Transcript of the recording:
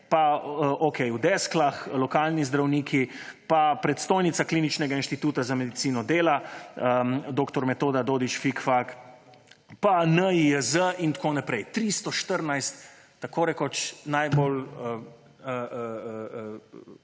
pa v Desklah lokalni zdravniki pa predstojnica Kliničnega inštituta za medicino dela, prometa in športa dr. Metoda Dodič Fikfak pa NIJZ in tako naprej. 314 tako rekoč z najbolj